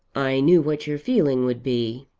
i knew what your feeling would be.